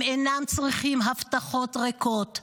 הם אינם צריכים הבטחות ריקות,